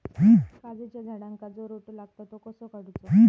काजूच्या झाडांका जो रोटो लागता तो कसो काडुचो?